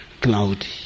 cloudy